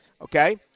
Okay